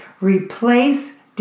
replace